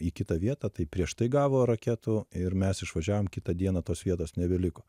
į kitą vietą tai prieš tai gavo raketų ir mes išvažiavom kitą dieną tos vietos nebeliko